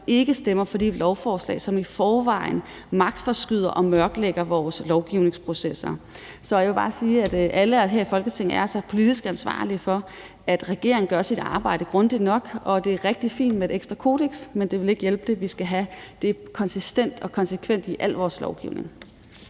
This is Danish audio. ikke stemmer for de lovforslag, som i forvejen magtforskyder og mørklægger vores lovgivningsprocesser. Så jeg vil bare sige, at alle her i Folketinget altså er politisk ansvarlige for, at regeringen gør sit arbejde grundigt nok, og at det er rigtig fint med et ekstra kodeks, men det vil ikke hjælpe på det. Vi skal have det konsistent og konsekvent i al vores lovgivning.